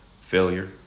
failure